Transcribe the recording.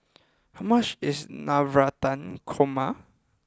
how much is Navratan Korma